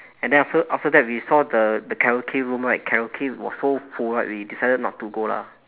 and then after after that we saw the the karaoke room right karaoke was so full right we decided not to go lah